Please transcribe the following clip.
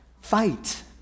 fight